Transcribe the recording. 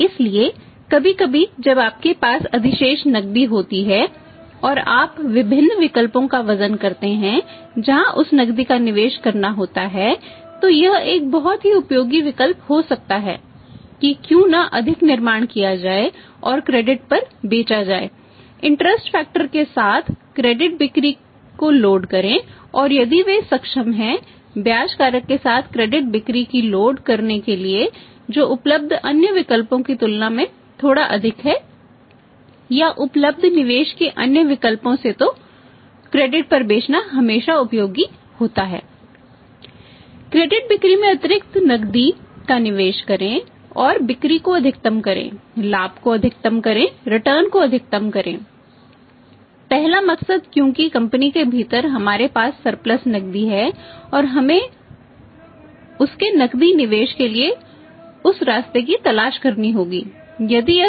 इसलिए कभी कभी जब आपके पास अधिशेष नकदी होती है और आप विभिन्न विकल्पों का वजन करते हैं जहां उस नकदी का निवेश करना होता है तो यह एक बहुत ही उपयोगी विकल्प हो सकता है कि क्यों न अधिक निर्माण किया जाए और क्रेडिट पर बेचना हमेशा उपयोगी होता है